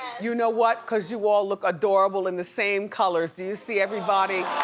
you know what, cause you all look adorable in the same colors. do you see everybody?